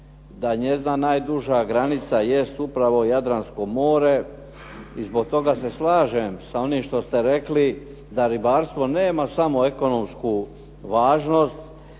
da njezina najduža granica jest upravo Jadransko more i zbog toga se slažem sa onim što ste rekli da ribarstvo nema samo ekonomsku važnost